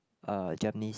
uh Japanese